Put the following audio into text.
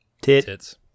Tits